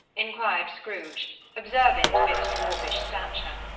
inquired scrooge observant of its dwarfish stature.